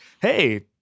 hey